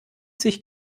sich